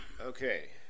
Okay